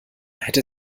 hätte